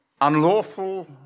unlawful